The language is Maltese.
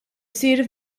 isir